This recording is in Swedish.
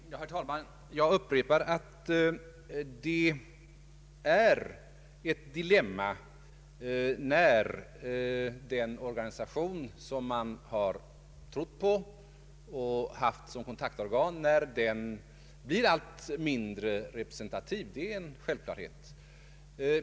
Herr talman! Jag upprepar att det är ett dilemma när den organisation man trott på och haft som kontaktorgan blir allt mindre representativ. Det är en självklarhet.